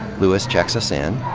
lewis checks us in.